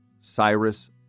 Cyrus